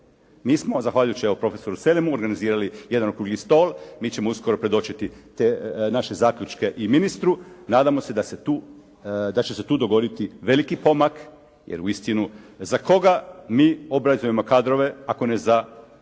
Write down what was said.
Mi smo zahvaljujući evo profesoru Selemu organizirali jedan okrugli stol. Mi ćemo uskoro predočiti te naše zaključke i ministru. Nadamo se da će tu, da će se tu dogoditi veliki pomak jer uistinu za koga mi obrazujemo kadrove ako ne za